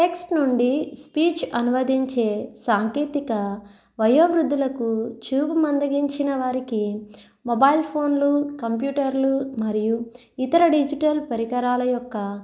text నుండి speech అనువదించే సాంకేతిక వయోవృద్ధులకు చూపు మందగించిన వారికి మొబైల్ ఫోన్లు కంప్యూటర్లు మరియు ఇతర డిజిటల్ పరికరాల యొక్క